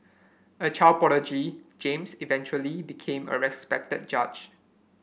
a child prodigy James eventually became a respected judge